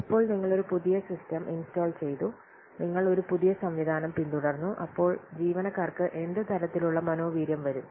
ഇപ്പോൾ നിങ്ങൾ ഒരു പുതിയ സിസ്റ്റം ഇൻസ്റ്റാൾ ചെയ്തു നിങ്ങൾ ഒരു പുതിയ സംവിധാനം പിന്തുടർന്നു അപ്പോൾ ജീവനക്കാർക്ക് എന്ത് തരത്തിലുള്ള മനോവീര്യം വരും